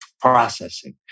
processing